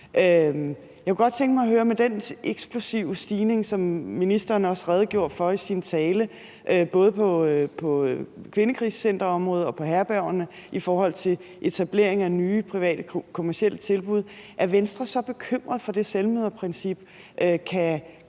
Jeg kunne godt tænke mig at høre: Med den eksplosive stigning, som ministeren også redegjorde for i sin tale, på både kvindekrisecenterområdet og på herbergsområdet i forhold til etablering af nye private kommercielle tilbud er Venstre så bekymret for, at det selvmøderprincip